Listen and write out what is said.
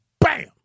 Bam